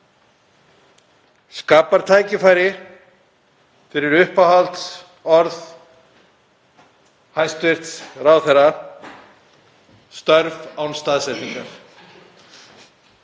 skapar tækifæri fyrir uppáhaldsorð hæstv. ráðherra: störf án staðsetningar.